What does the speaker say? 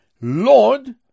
Lord